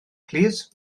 plîs